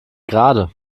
gerade